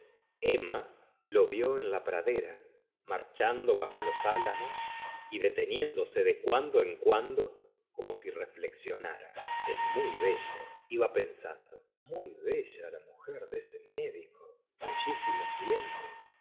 emma lo vió en la pradera marchando bajo los álamos y deteniéndose de cuando en cuando como si reflexionara es muy bella iba pensando muy bella la mujer de ese médico bellísimos dientes